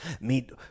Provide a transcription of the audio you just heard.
meet